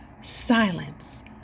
silence